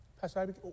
Pastor